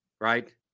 right